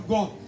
God